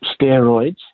steroids